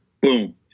boom